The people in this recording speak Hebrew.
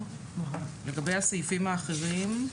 לגבי הסעיפים האחרים,